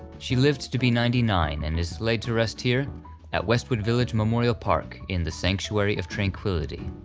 she lived to be ninety nine and is laid to rest here at westwood village memorial park in the sanctuary of tranquility.